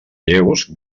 lleus